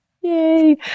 Yay